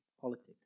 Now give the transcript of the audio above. politics